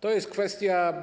To jest kwestia